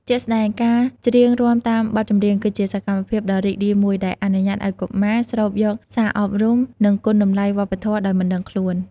ជាក់ស្ដែង ការច្រៀងរាំតាមបទចម្រៀង គឺជាសកម្មភាពដ៏រីករាយមួយ ដែលអនុញ្ញាតឲ្យកុមារស្រូបយកសារអប់រំ និងគុណតម្លៃវប្បធម៌ដោយមិនដឹងខ្លួន។